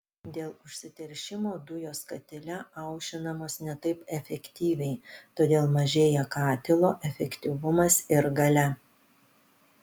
dėl užsiteršimo dujos katile aušinamos ne taip efektyviai todėl mažėja katilo efektyvumas ir galia